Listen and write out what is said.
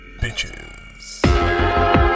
Bitches